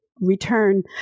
Return